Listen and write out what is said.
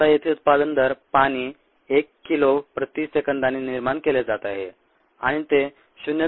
आता येथे उत्पादन दर पाणी 1 किलो प्रति सेकंदाने निर्माण केले जात आहे आणि ते 0